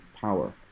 power